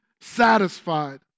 satisfied